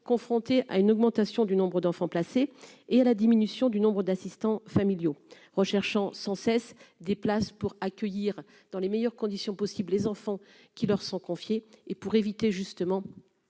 confronté à une augmentation du nombre d'enfants placés et à la diminution du nombre d'assistants familiaux recherchant sans cesse des places pour accueillir dans les meilleures conditions possibles les enfants qui leur sont confiées et pour éviter justement